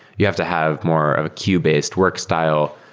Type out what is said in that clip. you have to have more of a queue-based work style.